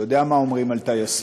אתה יודע מה אומרים על טייסים.